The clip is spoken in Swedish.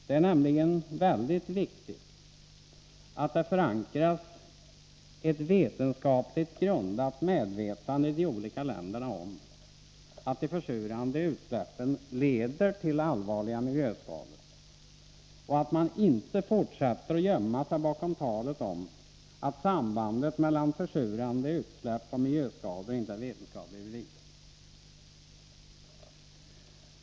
Det är nämligen mycket viktigt att det förankras ett vetenskapligt grundat medvetande i de olika länderna om att de försurande utsläppen leder till allvarliga miljöskador och att man inte fortsätter att gömma sig bakom talet att sambandet mellan försurande utsläpp och miljöskador inte är vetenskapligt bevisat.